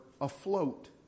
afloat